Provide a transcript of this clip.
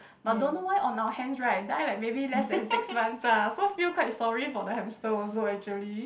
but don't know why on our hands right die like maybe less than six months ah so feel quite sorry for the hamster also actually